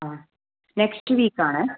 ആ next week ആണ്